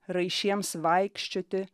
raišiems vaikščioti